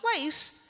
place